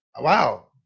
Wow